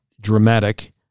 dramatic